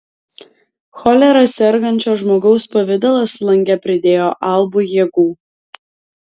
cholera sergančio žmogaus pavidalas lange pridėjo albui jėgų